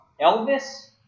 Elvis